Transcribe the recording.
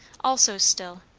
also still,